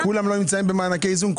כולם לא נמצאים במענקי איזון?